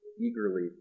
eagerly